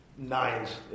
Nines